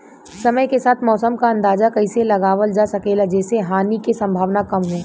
समय के साथ मौसम क अंदाजा कइसे लगावल जा सकेला जेसे हानि के सम्भावना कम हो?